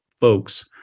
folks